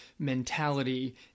mentality